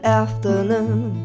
afternoon